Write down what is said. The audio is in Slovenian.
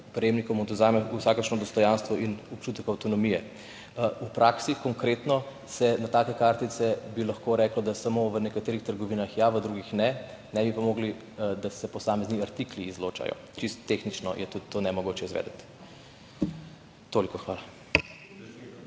prejemnikom odvzame vsakršno dostojanstvo in občutek avtonomije. V praksi, konkretno, se na take kartice, bi lahko rekli, da samo v nekaterih trgovinah ja, v drugih ne, ne bi pa mogli [reči], da se posamezni artikli izločajo, čisto tehnično je tudi to nemogoče izvesti. Toliko. Hvala.